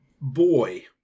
boy